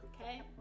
Okay